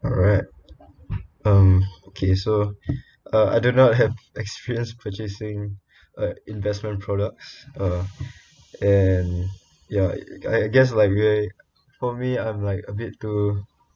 alright um okay so uh I do not have experience purchasing uh investment products uh and ya I guess like weird for me I'm like a bit too